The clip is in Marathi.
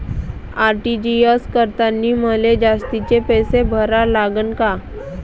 आर.टी.जी.एस करतांनी मले जास्तीचे पैसे भरा लागन का?